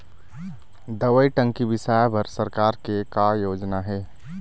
दवई टंकी बिसाए बर सरकार के का योजना हे?